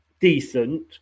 decent